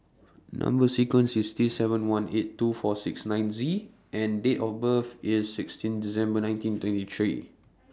Number sequence IS T seven one eight two four six nine Z and Date of birth IS sixteen December nineteen twenty three